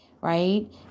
right